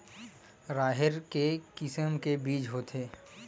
राहेर के किसम के बीज होथे?